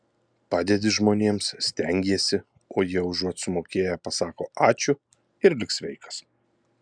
padedi žmonėms stengiesi o jie užuot sumokėję pasako ačiū ir lik sveikas